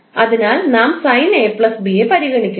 അതിനാൽ നാം sin𝐴 𝐵 യെ പരിഗണിക്കുന്നു